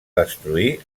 destruir